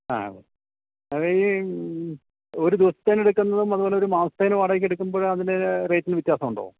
ആ അത് ഈ ഒരു ദിവസത്തേന് എടുക്കുന്നതും അതുപോലെ ഒരു മാസത്തേന് വാടകക്ക് എടുക്കുമ്പോഴും അതിൻ്റെ റേറ്റിന് വ്യത്യാസമുണ്ടോ